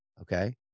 okay